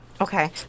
Okay